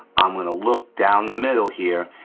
i'm gonna look down the middle here,